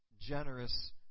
generous